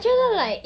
uh